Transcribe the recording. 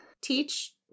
teach